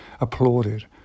applauded